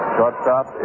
Shortstop